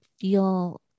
feel